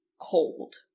cold